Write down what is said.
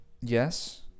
yes